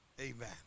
amen